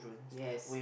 yes